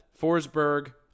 forsberg